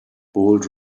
bold